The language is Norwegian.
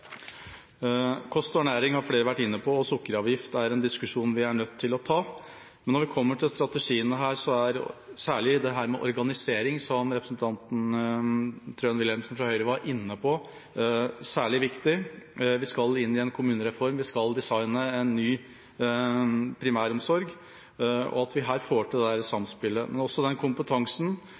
har flere vært inne på, og sukkeravgift er en diskusjon vi er nødt til å ta. Men når vi kommer til strategiene her, er særlig dette med organisering, som representanten Tone Wilhelmsen Trøen fra Høyre var inne på, svært viktig. Vi skal inn i en kommunereform, vi skal designe en ny primæromsorg, og her må vi få til dette samspillet.